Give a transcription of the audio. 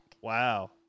Wow